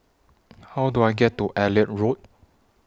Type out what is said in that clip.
How Do I get to Elliot Road